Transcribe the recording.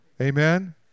Amen